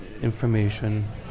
information